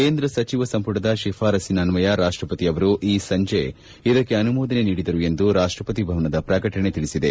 ಕೇಂದ್ರ ಸಚಿವ ಸಂಪುಟದ ಶಿಫಾರಸ್ ಅನ್ವಯ ರಾಷ್ಟಪತಿ ಅವರು ಈ ಸಂಜೆ ಇದಕ್ಕೆ ಅನುಮೋದನೆ ನೀಡಿದರು ಎಂದು ರಾಷ್ಟಪತಿ ಭವನದ ಪ್ರಕಟಣೆ ತಿಳಿಸಿದೆ